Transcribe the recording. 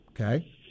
okay